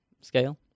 scale